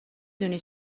دونی